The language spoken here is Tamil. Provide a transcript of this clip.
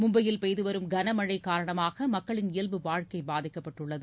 மும்பையில் பெய்து வரும் கனமழை காரணமாக மக்களின் இயல்பு வாழ்க்கை பாதிக்கப்பட்டுள்ளது